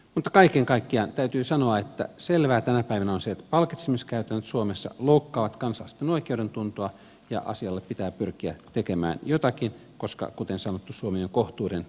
mutta kaiken kaikkiaan täytyy sanoa että selvää tänä päivänä on se että palkitsemiskäytännöt suomessa loukkaavat kansalaisten oikeudentuntoa ja asialle pitää pyrkiä tekemään jotakin koska kuten sanottu suomi on kohtuuden yhteiskunta